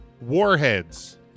Warheads